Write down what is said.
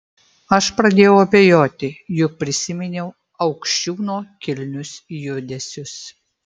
aš pradėjau abejoti juk prisiminiau aukščiūno kilnius judesius